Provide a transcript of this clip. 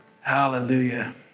Hallelujah